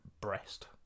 breast